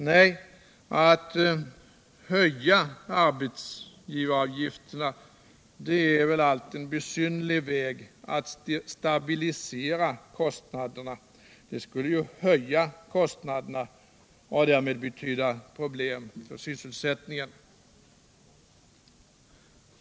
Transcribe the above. Nej, att höja arbetsgivaravgifterna — det är allt en besynnerlig väg att stabilisera kostnaderna. Det skulle ju höja kostnaderna och därmed betyda problem för sysselsättningen.